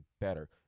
better